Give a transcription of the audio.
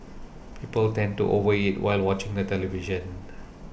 people tend to over eat while watching the television